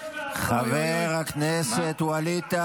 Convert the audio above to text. תפרוש, חבר הכנסת ווליד טאהא.